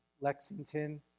Lexington